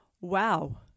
wow